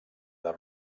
del